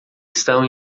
estão